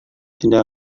tidak